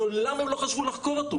מעולם הם לא חשבו לחקור אותו.